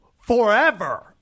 forever